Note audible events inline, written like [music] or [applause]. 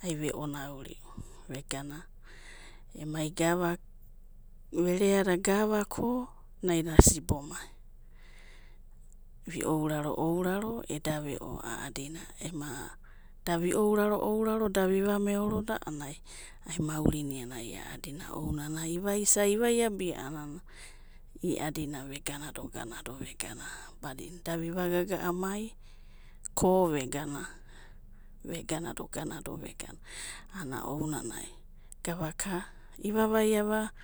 iana nana ve'onauri'u vegana emai vereada gava ko naida sibomai. Vi ouraro [unintelligible] ema da vi'ouraro, da viva meoroda a'anana ai a'adina maurina ai a'adina, ana ounanai, ivaisa ivaiabi a'anana ei'adina veganado ganado vegana badinana da viva gaga'amai ko veganado Ganado [unintelligible] ounanai gavaka ivavai.